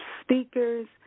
speakers